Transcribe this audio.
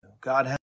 God